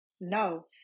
No